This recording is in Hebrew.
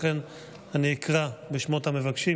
לכן אני אקרא בשמות המבקשים,